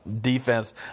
defense